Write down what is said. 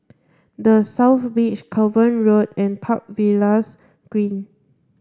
the South Beach Cavan Road and Park Villas Green